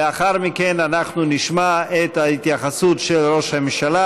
לאחר מכן אנחנו נשמע את ההתייחסות של ראש הממשלה.